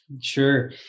Sure